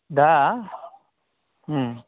दा उम